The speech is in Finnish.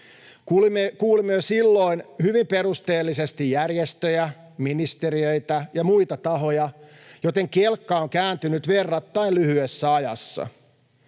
Kuulimme jo silloin hyvin perusteellisesti järjestöjä, ministeriöitä ja muita tahoja, joten kelkka on kääntynyt verrattain lyhyessä ajassa.